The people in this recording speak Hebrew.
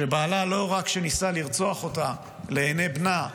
שבעלה לא רק שניסה לרצוח אותה לעיני בנה,